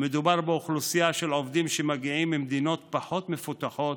מדובר באוכלוסייה של עובדים שמגיעים ממדינות פחות מפותחות.